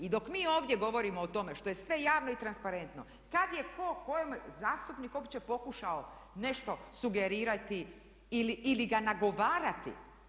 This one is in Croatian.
I dok mi ovdje govorimo o tome što je sve javno i transparentno kada je tko kojem zastupniku uopće pokušao nešto sugerirati ili ga nagovarati.